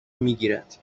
میگیرد